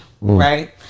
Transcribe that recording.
Right